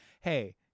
hey